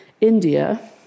India